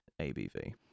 ABV